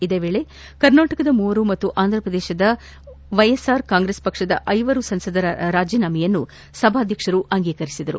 ಇದೇ ವೇಳೆ ಕರ್ನಾಟಕದ ಮೂವರು ಹಾಗೂ ಆಂದ್ರ ಪ್ರದೇಶದ ವೈಎಸ್ಆರ್ ಕಾಂಗ್ರೆಸ್ ಪಕ್ಷದ ಐವರು ಸಂಸದರ ರಾಜೀನಾಮೆಯನ್ನು ಸಭಾಧ್ಯಕ್ಷರು ಅಂಗೀಕರಿಸಿದರು